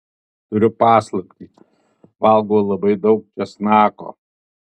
turiu paslaptį valgau labai daug česnako